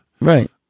Right